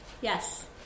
Yes